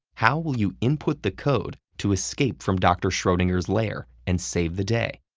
how will you input the code to escape from dr. schrodinger's lair and save the day?